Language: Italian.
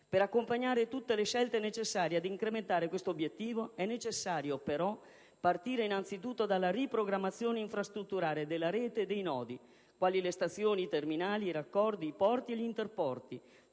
Per accompagnare tutte le scelte necessarie ad incrementare questo obiettivo è necessario, però, partire innanzitutto dalla riprogrammazione infrastrutturale della rete e dei nodi quali le stazioni terminali, i raccordi, i porti e gli interporti,